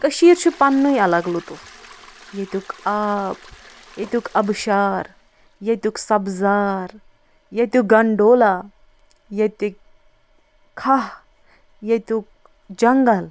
کٔشیٖرِ چھُ پنُنے الگ لطُف ییٚتیُک آب ییٚتیُک آبشار ییٚتیُک سبزار ییٚتیُک گنڈولا ییٚتِکۍ کھاہ ییٚتُیک جنگل